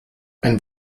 ein